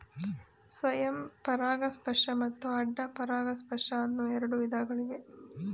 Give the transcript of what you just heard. ಸ್ವಯಂ ಪರಾಗಸ್ಪರ್ಶ ಮತ್ತು ಅಡ್ಡ ಪರಾಗಸ್ಪರ್ಶ ಅನ್ನೂ ಎರಡು ವಿಧಗಳಿವೆ